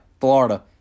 Florida